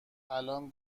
الان